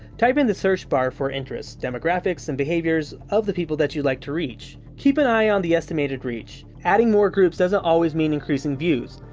type in the search bar for interests, demographics, and behaviors of the people that you'd like to reach. keep an eye on the estimated reach. adding more groups doesn't always mean increasing views.